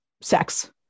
sex